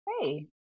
hey